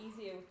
easier